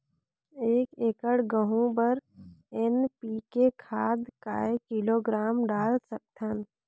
एक एकड़ गहूं बर एन.पी.के खाद काय किलोग्राम डाल सकथन?